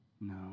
No